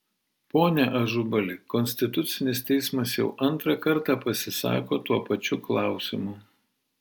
pone ažubali konstitucinis teismas jau antrą kartą pasisako tuo pačiu klausimu